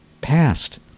past